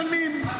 אז מי משלם?